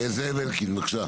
זאב אלקין, בבקשה.